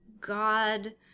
God